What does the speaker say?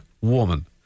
woman